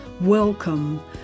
welcome